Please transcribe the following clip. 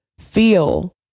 feel